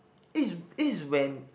it's it's when